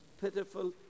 pitiful